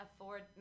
afford